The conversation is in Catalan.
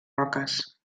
roques